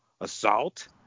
assault